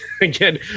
again